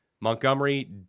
Montgomery